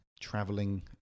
traveling